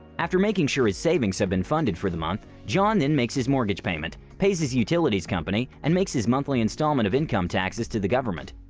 after making sure his savings have been funded for the month, john then makes his mortgage payment, pays his utilities company and makes his his monthly installment of income taxes to the government.